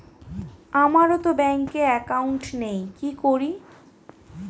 আমারতো ব্যাংকে একাউন্ট নেই কি করি?